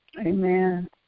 Amen